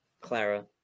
Clara